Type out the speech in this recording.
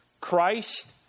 christ